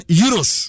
euros